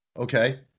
Okay